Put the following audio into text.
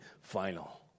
final